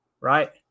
right